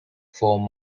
form